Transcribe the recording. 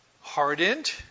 hardened